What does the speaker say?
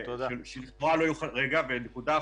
ונקודה אחרונה,